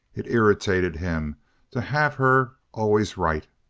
it irritated him to have her always right,